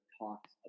talks